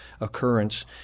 occurrence